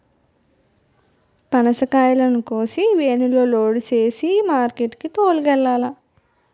పనసకాయలను కోసి వేనులో లోడు సేసి మార్కెట్ కి తోలుకెల్లాల